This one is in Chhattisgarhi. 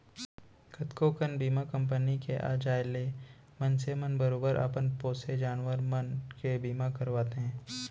कतको कन बीमा कंपनी के आ जाय ले मनसे मन बरोबर अपन पोसे जानवर मन के बीमा करवाथें